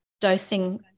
dosing